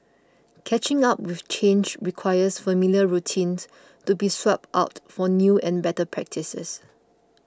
catching up with change requires familiar routines to be swapped out for new and better practices